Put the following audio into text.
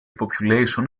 population